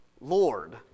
Lord